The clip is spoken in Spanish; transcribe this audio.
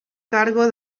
cargo